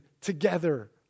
together